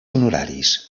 honoraris